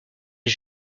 est